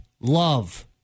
love